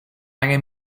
angen